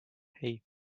hei